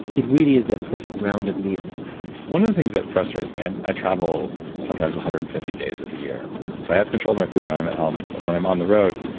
it really is that perfect rounded meal one of the things that frustrate me, and i travel sometimes one hundred and fifty days of the year, so i have control of my food when i'm at home, but when i'm on the road,